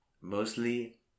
mostly